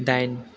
दाइन